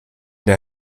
der